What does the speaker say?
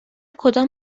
کدام